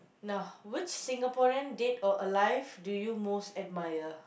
now which Singaporean dead or alive do you most admire